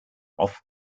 off